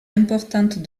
importante